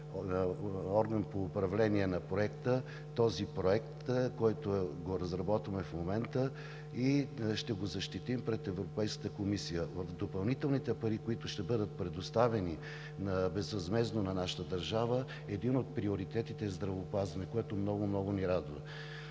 орган по управление на проекта този проект, който го разработваме в момента, и ще го защитим пред Европейската комисия. От допълнителните пари, които ще бъдат предоставени безвъзмездно на нашата държава, един от приоритетите е здравеопазването, което много, много ни радва.